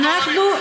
עוד פעם אני?